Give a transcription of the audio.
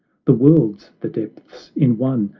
the worlds, the depths, in one,